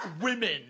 women